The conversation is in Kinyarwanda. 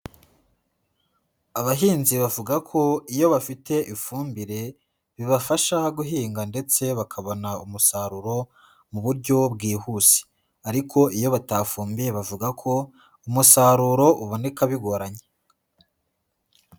Abahinzi bavuga ko iyo bafite ifumbire bibafasha guhinga ndetse bakabona umusaruro mu buryo bwihuse. Ariko iyo batafumbiye bavuga ko umusaruro uboneka bigoranye.